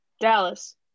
Dallas